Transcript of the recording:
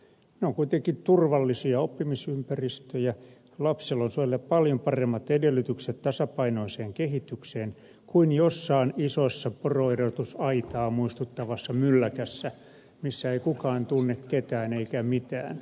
ne ovat kuitenkin turvallisia oppimisympäristöjä lapsella on siellä paljon paremmat edellytykset tasapainoiseen kehitykseen kuin jossain isossa poroerotusaitaa muistuttavassa mylläkässä missä ei kukaan tunne ketään eikä mitään